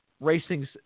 racing's